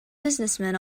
businessmen